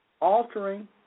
altering